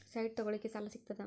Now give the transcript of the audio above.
Site ತಗೋಳಿಕ್ಕೆ ಸಾಲಾ ಸಿಗ್ತದಾ?